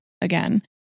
again